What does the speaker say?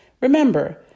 Remember